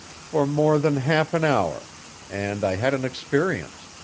for more than half an hour and i had an experience.